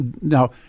now